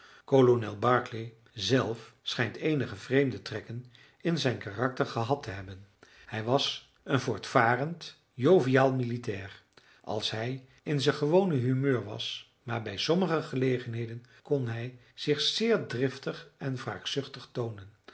kolonel barclay zelf schijnt eenige vreemde trekken in zijn karakter gehad te hebben hij was een voortvarend joviaal militair als hij in zijn gewoon humeur was maar bij sommige gelegenheden kon hij zich zeer driftig en wraakzuchtig toonen